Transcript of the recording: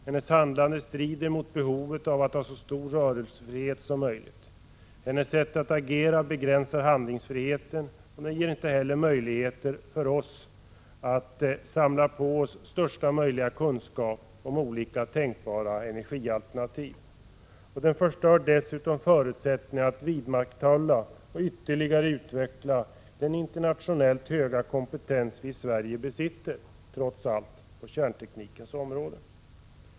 Hennes handlande strider mot behovet av att ha så stor rörelsefrihet som möjligt. Hennes sätt att agera begränsar handlingsfriheten och ger inte heller möjligheter för oss att samla största möjliga kunskap om olika tänkbara energialternativ. Det förstör dessutom förutsättningarna att vidmakthålla och ytterligare utveckla den internationellt höga kompetens vi i Sverige trots allt besitter på kärnteknikens område.